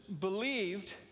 believed